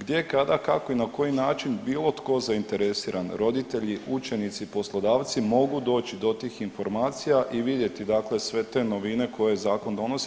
gdje, kada, kako i na koji način bilo tko zainteresiran roditelji, učenici, poslodavci mogu doći do tih informacija i vidjeti dakle sve te novine koje zakon donosi.